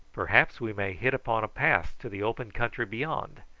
perhaps we may hit upon a pass to the open country beyond.